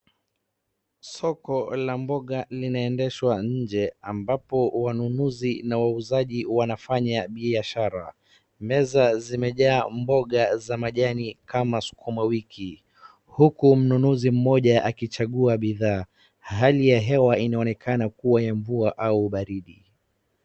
Soko la mboga linaendeshwa nje ambapo wanunuzi na wauzaji wanafanya biashara. Meza zimejaa mboga za majani kama sukuma wiki, huku mnunuzi mkoja akichagua bidhaa. Hali ya hewa inaoneka a kuwa ya mvua au baridi.